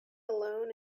alone